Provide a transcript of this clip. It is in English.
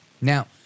Now